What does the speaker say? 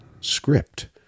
script